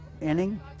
inning